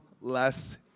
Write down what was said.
less